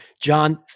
John